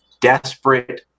desperate